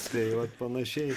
spėju vat panašiai